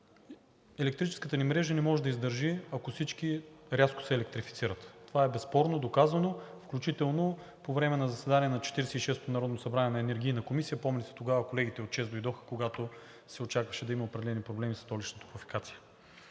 електрическата ни мрежа не може да издържи, ако всички рязко се електрифицират. Това е безспорно доказано, включително по време на заседание на Четиридесет и шестото народно събрание на Енергийната комисия. Помните тогава, колегите от ЧЕЗ дойдоха, когато се очакваше да има определени проблеми със Столичната топлофикация.